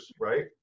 right